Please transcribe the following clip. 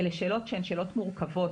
אלה שאלות שהן שאלות מורכבות,